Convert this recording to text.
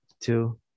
two